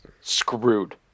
screwed